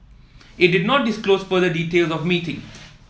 it did not disclose further details of meeting